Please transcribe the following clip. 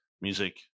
music